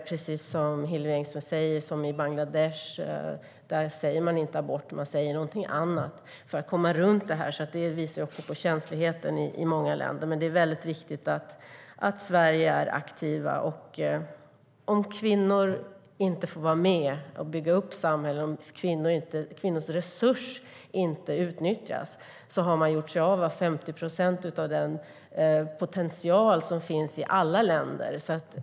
Precis som Hillevi Engström sa säger man i Bangladesh inte abort, utan man säger något annat för att komma runt frågan. Det visar också på känsligheten i många länder. Men det är viktigt att Sverige är aktivt. Om kvinnor inte får vara med och bygga upp samhällen, om kvinnors resurser inte utnyttjas, har man gjort sig av med 50 procent av den potential som finns i alla länder.